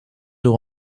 door